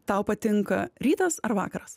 tau patinka rytas ar vakaras